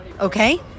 Okay